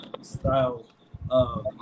style